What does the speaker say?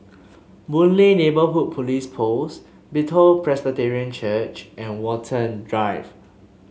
Boon Lay Neighbourhood Police Post Bethel Presbyterian Church and Watten Drive